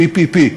PPP,